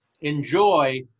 enjoy